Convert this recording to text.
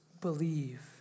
believe